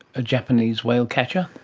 a japanese whale catcher?